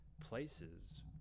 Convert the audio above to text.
places